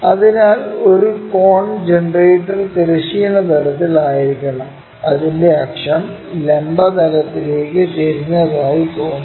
അതിനാൽ ഒരു cone generator തിരശ്ചീന തലത്തിൽ ആയിരിക്കണം അതിന്റെ അക്ഷം ലംബ തലത്തിലേക്ക് ചരിഞ്ഞതായി തോന്നുന്നു